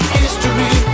history